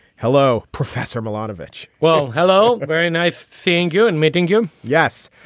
hello, professor milanovic. well, hello. very nice seeing you. and meeting you. yes.